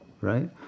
right